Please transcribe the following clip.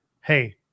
Hey